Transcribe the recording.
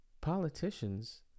politicians